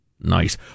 Nice